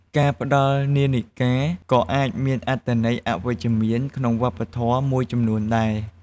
ការផ្តល់នាឡិកាក៏អាចមានអត្ថន័យអវិជ្ជមានក្នុងវប្បធម៌មួយចំនួនដែរ។